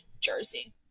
Jersey